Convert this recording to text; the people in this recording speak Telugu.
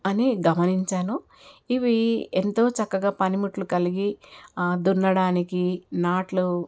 అని గమనించాను ఇవి ఎంతో చక్కగా పనిముట్లు కలిగి దున్నడానికి నాట్లు